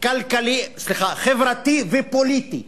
חברתי ופוליטי.